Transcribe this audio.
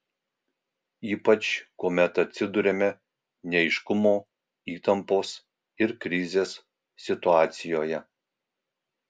ypač kuomet atsiduriame neaiškumo įtampos ir krizės situacijoje